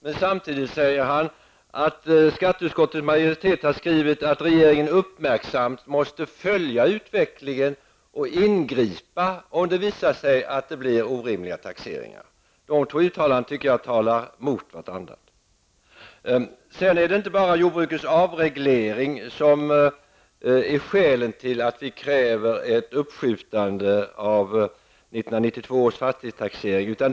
Men samtidigt säger han att skatteutskottets majoritet har skrivit att regeringen uppmärksamt måste följa utvecklingen och ingripa om det visar sig att det blir orimliga taxeringar. Jag tycker att dessa två uttalanden talar emot varandra. Det är inte bara jordbrukets avreglering som är skälet till att vi kräver att 1992 års fastighetstaxering uppskjuts.